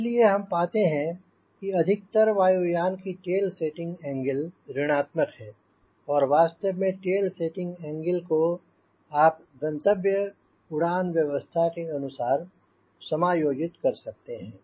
इसलिए हम पाते हैं कि अधिकतर वायुयान में टेल सेटिंग एंगल ऋण आत्मक है और वास्तव में टेल सेटिंग एंगल को आप गंतव्य उड़ान व्यवस्था के अनुसार समायोजित कर सकते हैं